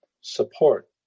support